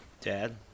dad